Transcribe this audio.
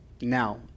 Now